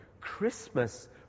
Christmas